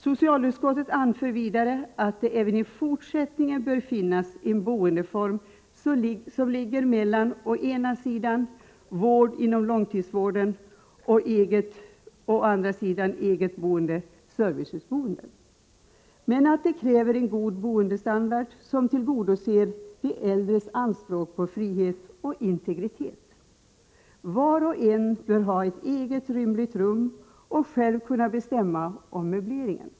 Socialutskottet anför vidare att det även i fortsättningen bör finnas en boendeform som ligger mellan å ena sidan vård inom långtidssjukvården och å den andra sidan eget boende/servicehusboende, men att detta kräver en god boendestandard som tillgodoser de äldres anspåk på frihet och integritet. Var och en bör ha ett eget, rymligt rum och möjlighet att själv bestämma om möbleringen.